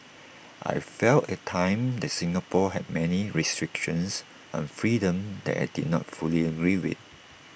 I felt at the time that Singapore had many restrictions on freedom that I did not fully agree with